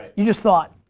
you just thought,